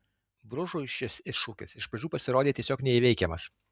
bružui šis iššūkis iš pradžių pasirodė tiesiog neįveikiamas